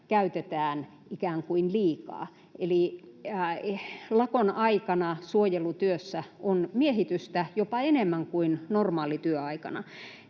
käytetään ikään kuin liikaa eli että lakon aikana suojelutyössä on miehitystä jopa enemmän kuin normaalityöaikana.